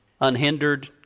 unhindered